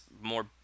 more